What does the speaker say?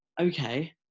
okay